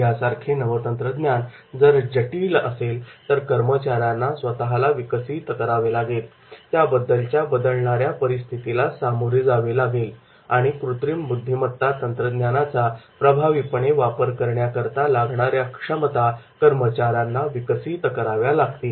यासारखे नवतंत्रज्ञान जर जटिल असेल तर कर्मचाऱ्यांना स्वतःला विकसित करावे लागेल त्याबद्दलच्या बदलणार्या परिस्थितीला सामोरे जावे लागेल आणि कृत्रिम बुद्धीमत्ता तंत्रज्ञानाचा प्रभावीपणे वापर करण्याकरता लागणाऱ्या क्षमता कर्मचाऱ्यांना विकसित कराव्या लागतील